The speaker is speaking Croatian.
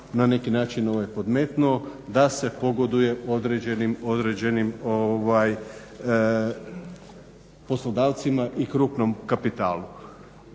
na neki način podmetnuo da se pogoduje određenim poslodavcima i krupnom kapitalu.